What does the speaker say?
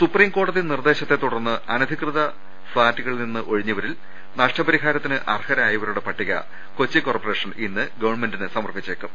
സുപ്രീംകോടതി നിർദേശത്തെ തുടർന്ന് അനധികൃത ഫ്ളാറ്റുക ളിൽ നിന്ന് ഒഴിഞ്ഞവരിൽ നഷ്ടപരിഹാർത്തിന് അർഹരായവരുടെ പട്ടിക മരട് നഗരസഭ ഇന്ന് ഗവൺമെന്റിന് സമർപ്പിച്ചേക്കും